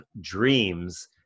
dreams